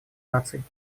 наций